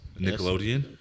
Nickelodeon